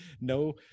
no